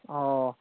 ꯑꯥꯎ